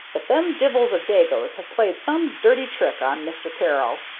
that them divils of dagos have played some dirty trick on mister peril.